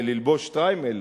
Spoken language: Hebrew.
ללבוש שטריימל,